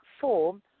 form